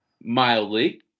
mildly